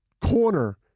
Corner